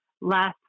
last